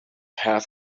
have